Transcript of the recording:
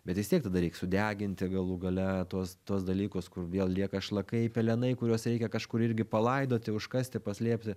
bet vis tiek tada reiks sudeginti galų gale tuos tuos dalykus kur vėl lieka šlakai pelenai kuriuos reikia kažkur irgi palaidoti užkasti paslėpti